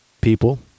people